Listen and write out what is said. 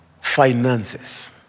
finances